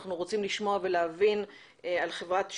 שאנחנו רוצים לשמוע ולהבין את העבר של חברת שברון,